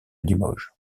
limoges